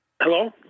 Hello